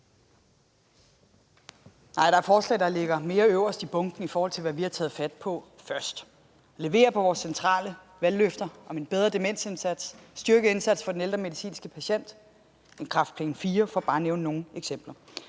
der er forslag, der har ligget længere oppe i bunken, som vi har taget fat på først. Vi har leveret på vores centrale valgløfter om en bedre demensindsats, om en styrket indsats for den ældre medicinske patient, en Kræftplan IV – for bare at nævne nogle eksempler.